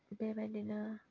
बेबायदिनो